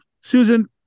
Susan